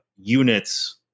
units